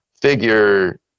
figure